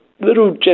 little